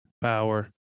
power